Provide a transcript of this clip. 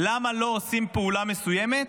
למה לא עושים פעולה מסוימת,